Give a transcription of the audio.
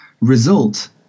result